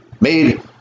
made